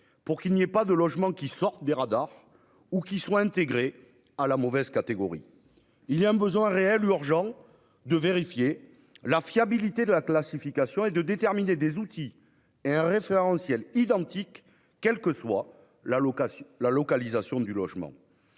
pour qu'aucun logement ne sorte des radars ou ne soit intégré à la mauvaise catégorie. Il y a un besoin réel et urgent de vérifier la fiabilité de la classification et de déterminer des outils et un référentiel qui soient identiques, quelles que soient la localisation du logement